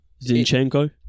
Zinchenko